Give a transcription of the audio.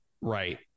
Right